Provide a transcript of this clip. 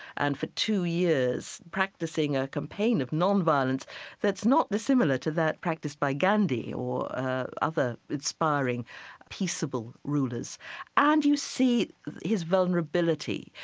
and for two years practicing a campaign of nonviolence that's not dissimilar to that practiced by gandhi gandhi or other inspiring peaceable rulers and you see his vulnerability.